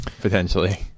potentially